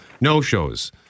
no-shows